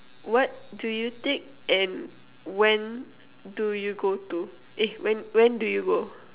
what do you take and when do you go to eh when when do you go